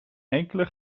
enkele